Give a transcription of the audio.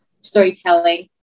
storytelling